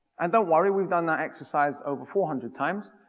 and don't worry, we've done that exercise over four hundred times,